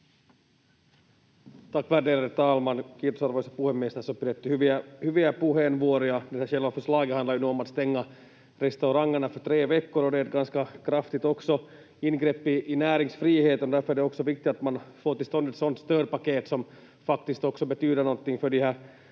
Kiitos, arvoisa puhemies!